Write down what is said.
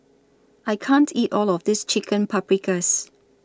I can't eat All of This Chicken Paprikas